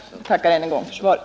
Jag tackar än en gång för svaret.